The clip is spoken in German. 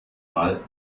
mal